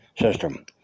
system